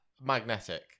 magnetic